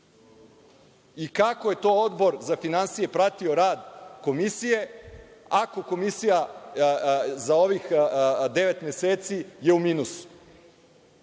I kako je to Odbor za finansije pratio rad Komisije ako je komisija za ovih devet meseci u minusu,